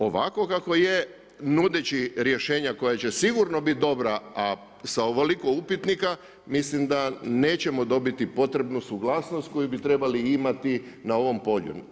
Ovako kao je, nudeći rješenja koja će sigurno biti dobra, a s ovoliko upitnika, mislim da nećemo dobiti potrebnu suglasnost koju bi trebali imati na ovom polju.